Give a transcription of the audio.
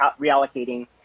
reallocating